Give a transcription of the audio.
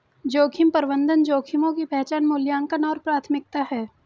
जोखिम प्रबंधन जोखिमों की पहचान मूल्यांकन और प्राथमिकता है